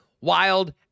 wild